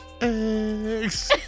Eggs